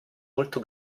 molto